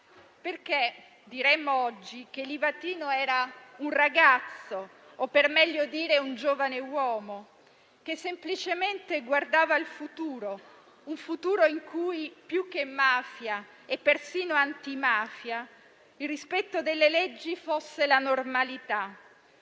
Diremmo oggi che Livatino era un ragazzo, o per meglio dire un giovane uomo, che semplicemente guardava al futuro, un futuro in cui, più che la mafia e persino l'antimafia, il rispetto delle leggi fosse la normalità.